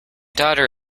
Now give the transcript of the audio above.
daughter